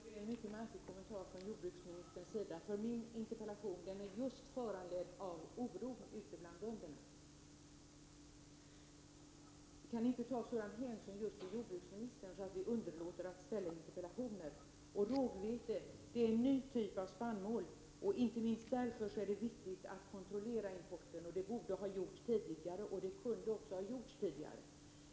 Fru talman! Det var en mycket märklig kommentar från jordbruksministerns sida, då min interpellation är föranledd just av oron ute bland bönådan hänsyn till jordbruksministern att vi underlåter att framställa interpellationer. Rågvete är en ny typ av spannmål, och inte minst därför är det viktigt att kontrollera importen — det borde och kunde ha gjorts tidigare.